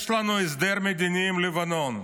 יש לנו הסדר מדיני עם לבנון,